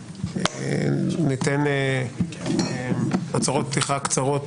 אנחנו ניתן הצהרות פתיחה קצרות,